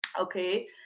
okay